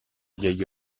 vieil